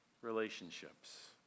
relationships